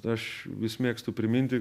aš vis mėgstu priminti